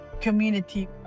community